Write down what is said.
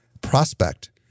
prospect